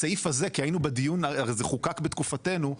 זה חוקק בתקופתנו,